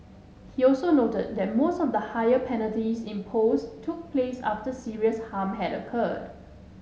he also noted that most of the higher penalties imposed took place after serious harm had occurred